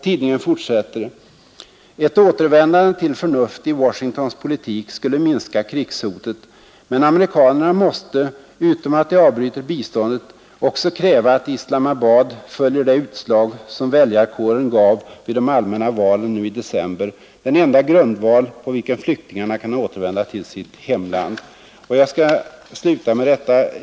Tidningen fortsatte: ”Ett återvändande till förnuft i Washingtons politik skulle minska krigshotet. Men amerikanerna måste, utom att de avbryter biståndet, också kräva att Islamabad följer det utslag som väljarkåren gav vid de allmänna valen nu i december — den enda grundval på vilken flygtingarna kan återvända till sitt hemland.” Herr talman! Jag skall sluta med detta.